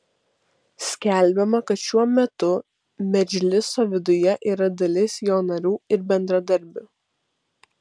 skelbiama kad šiuo metu medžliso viduje yra dalis jo narių ir bendradarbių